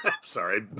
Sorry